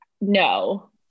no